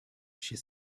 she